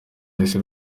isi